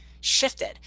shifted